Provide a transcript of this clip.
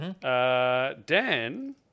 Dan